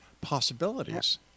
possibilities